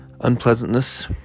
unpleasantness